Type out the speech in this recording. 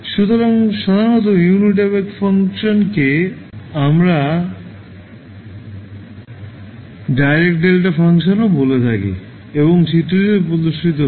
সুতরাং সাধারণত unit impulse ফাংশনকে আমরা ডায়ারাক ডেল্টা ফাংশনও বলে থাকি এবং চিত্রটিতে প্রদর্শিত হয়